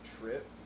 Trip